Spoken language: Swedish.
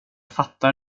fattar